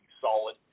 solid